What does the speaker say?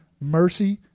mercy